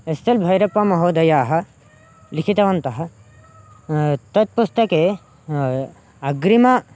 S L भैरप्पामहोदयाः लिखितवन्तः तत् पुस्तके अग्रिम